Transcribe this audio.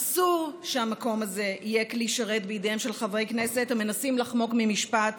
אסור שהמקום הזה יהיה כלי שרת בידיהם של חברי כנסת המנסים לחמוק ממשפט,